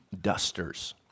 Dusters